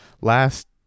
last